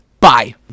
Bye